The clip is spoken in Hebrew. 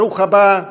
ברוך הבא,